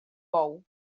bou